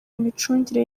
micungire